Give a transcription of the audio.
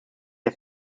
der